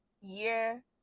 year